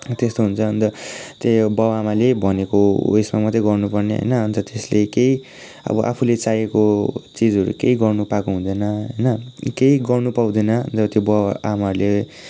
त्यस्तो हुन्छ अन्त त्यही बाउ आमाले भनेको उयेसमा मात्रै गर्नुपर्ने होइन अन्त त्ययसले केही अब आफूले चाहेको चिजहरू केही गर्नु पाएको हुँदैन होइन केही गर्नु पाउँदैन अन्त त्यो बाउ आमाहरूले